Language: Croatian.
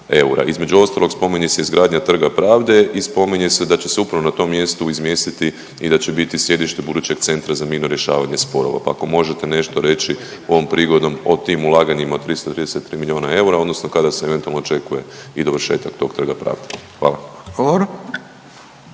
Između ostalog spominje se izgradnja Trga pravde i spominje se da će se upravo na tom mjestu izmjestiti i da će biti sjedište budućeg Centra za mirno rješavanje sporova, pa ako možete nešto reći ovom prigodom o tim ulaganjima od 333 milijuna eura, odnosno kada se eventualno očekuje i dovršetak tog Trga pravde? Hvala.